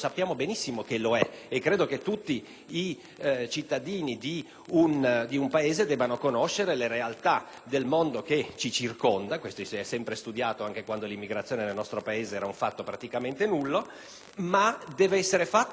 tutti cittadini di un Paese debbano conoscere le realtà del mondo che ci circonda; questo si è sempre studiato, anche quando l'immigrazione nel nostro Paese era praticamente nulla, ma ciò deve essere fatto per la conoscenza generale e non per sottolineare le